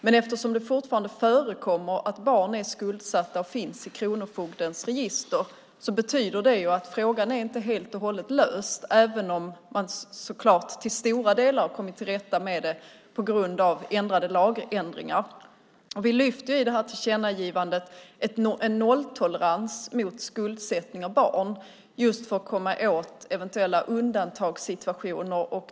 Men eftersom det fortfarande förekommer att barn är skuldsatta och finns i kronofogdens register betyder det att frågan inte är helt och hållet löst, även om man så klart till stora delar har kommit till rätta med det genom lagändringar. Vi lyfter i det här tillkännagivandet upp en nolltolerans mot skuldsättning av barn just för att komma åt eventuella undantagssituationer.